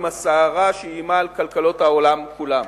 עם הסערה שאיימה על כלכלות העולם כולן.